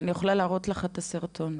אני יכולה להראות לך את הסרטון.